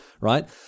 right